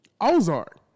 Ozark